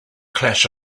clash